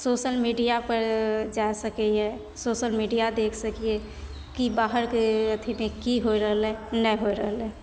social media पर जा सकैए सोशल मीडिया देखि सकियै की बाहरके अथीपे की होइ रहलै नहि होइ रहलै